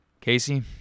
Casey